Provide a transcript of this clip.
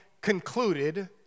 concluded